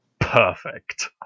perfect